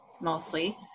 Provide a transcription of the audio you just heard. mostly